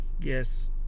yes